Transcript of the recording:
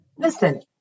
Listen